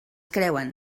creuen